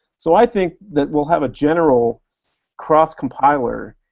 so i think that we'll have a general cross-compiler,